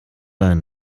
euren